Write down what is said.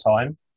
time